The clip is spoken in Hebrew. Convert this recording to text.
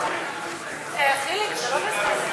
חיליק, זה לא בסדר.